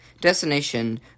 Destination